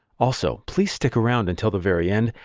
also please stick around and till the very end,